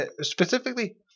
Specifically